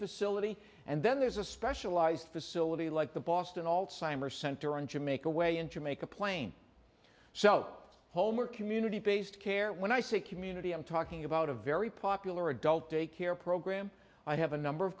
facility and then there's a specialized facility like the boston allt simer center in jamaica way in jamaica plain so it's home or community based care when i say community i'm talking about a very popular adult day care program i have a number of